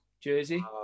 jersey